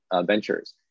ventures